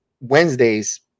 Wednesday's